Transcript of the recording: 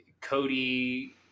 Cody